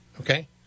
Okay